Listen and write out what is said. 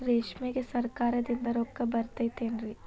ರೇಷ್ಮೆಗೆ ಸರಕಾರದಿಂದ ರೊಕ್ಕ ಬರತೈತೇನ್ರಿ?